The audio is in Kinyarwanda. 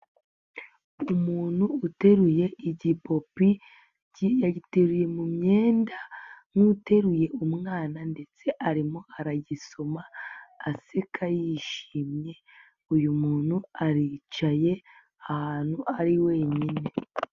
Umuntu uteruye igipopi, yagiteruye mu myenda nk'uteruye umwana ndetse arimo aragisoma, aseka yishimye, uyu muntu aricaye, ahantu ari wenyine.